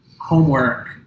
homework